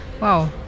Wow